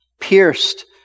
pierced